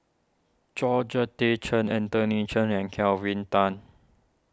Georgette Chen Anthony Chen and Kelvin Tan